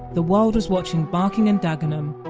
the world was watching barking and dagenham,